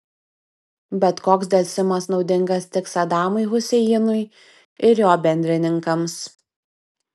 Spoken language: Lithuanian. bet koks delsimas naudingas tik sadamui huseinui ir jo bendrininkams